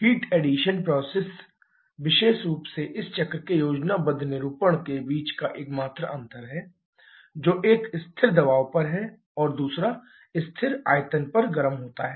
heat addition process विशेष रूप से इस चक्र के योजनाबद्ध निरूपण के बीच का एकमात्र अंतर है जो एक स्थिर दबाव पर और दूसरा स्थिर आयतन पर गर्म होता है